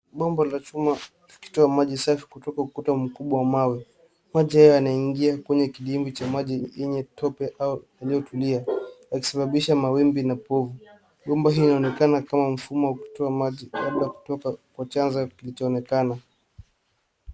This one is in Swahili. Bomba la chuma likitoa maji safi kutoka ukuta mkubwa wa mawe. Maji haya yanaingia kwenye kidimbwi cha maji yenye tope au yaliyotulia, yakisababisha mawimbi na povu. Bomba hii inaonekana kama mfumo wa kutoa maji, labda kutoka kwa chanzo kilichoonekana.